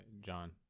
John